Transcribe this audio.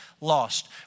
lost